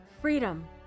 Freedom